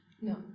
No